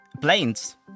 planes